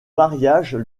mariages